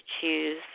choose